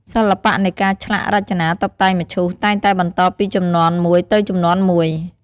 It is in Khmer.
សិល្បៈនៃការឆ្លាក់ រចនា តុបតែងមឈូស តែងតែបន្តពីជំនាន់មួយទៅជំនាន់មួយ។